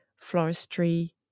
floristry